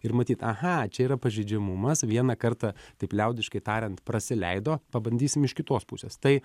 ir matyt aha čia yra pažeidžiamumas vieną kartą taip liaudiškai tariant prasileido pabandysim iš kitos pusės tai